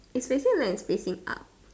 it's actually land is facing up